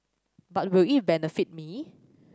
but will it benefit me